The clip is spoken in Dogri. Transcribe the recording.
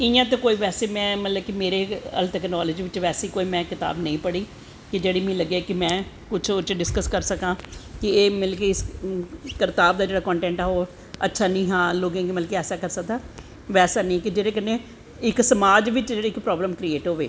इयां ते कोई बैसे में कोई अजृें तक नॉलेज़ बिच्च बैसी में कोई कताब नेंई पढ़ी कि जेहड़ी मिगी लग्गै कि में कुश ओह्दे च डिसकस करी सकां कि एह् मतलव कि कताब दा जेह्ड़ा कंटैंट हा ओह् अच्छा नेंई हा लोकें गी मतलव ओह् करी सकदा वैसा नेंई कि जेह्दे कन्नैं इक समाज़ बिच्च जेह्ड़ी प्रॉवलम क्रियेट होऐ